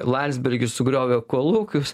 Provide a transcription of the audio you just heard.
landsbergis sugriovė kolūkius